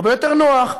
הרבה יותר נוח,